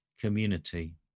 community